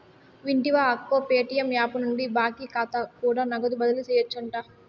వింటివా అక్కో, Paytm app నుండి బాకీ కాతా కూడా నగదు బదిలీ సేయొచ్చంట